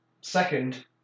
Second